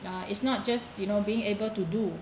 uh it's not just you know being able to do